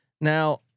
Now